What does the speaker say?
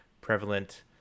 prevalent